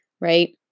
right